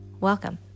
Welcome